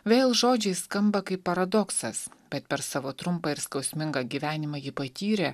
vėl žodžiai skamba kaip paradoksas bet per savo trumpą ir skausmingą gyvenimą ji patyrė